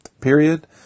period